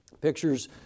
Pictures